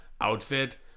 outfit